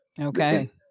Okay